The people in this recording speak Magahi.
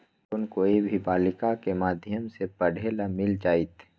लोन कोई भी बालिका के माध्यम से पढे ला मिल जायत?